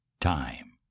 Time